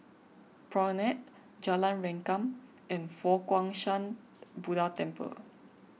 Promenade Jalan Rengkam and Fo Guang Shan Buddha Temple